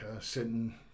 sitting